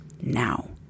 now